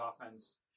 offense